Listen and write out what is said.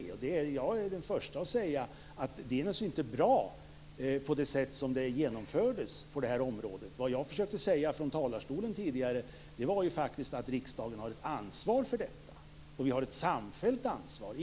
Jag är den första att säga att det sätt som det här genomfördes på naturligtvis inte är bra. Vad jag försökte säga från talarstolen tidigare var att riksdagen har ett ansvar för detta. Vi har ett samfällt ansvar.